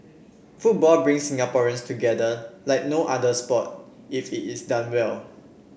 football brings Singaporeans together like no other sport if it is done well